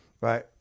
right